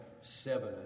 seven